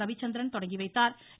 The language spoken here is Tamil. ரவிச்சந்திரன் தொடங்கி வைத்தாா்